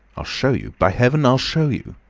i'll show you. by heaven! i'll show you.